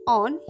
on